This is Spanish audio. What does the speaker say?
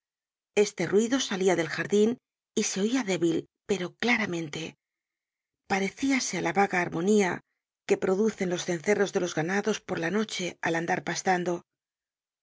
este ruido salia del jardin y se oia débil pero claramente parecíase á la vaga armonía que producen los cencerros de los ganados por la noche al andar pastando